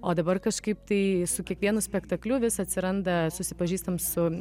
o dabar kažkaip tai su kiekvienu spektakliu vis atsiranda susipažįstam su